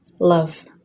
Love